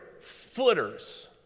footers